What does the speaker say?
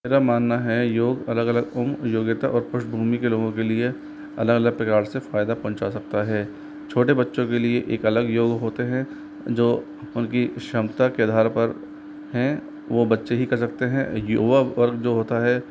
मेरा मानना है योग अलग अलग उम्र योग्यता और पृष्ठभूमि के लोगों के लिए अलग अलग प्रकार से फ़ायदा पहुँचा सकता है छोटे बच्चों के लिए एक अलग योग होते हैं जो उनकी क्षमता के आधार पर हैं वह बच्चे ही कर सकते हैं युवा वर्ग जो होता है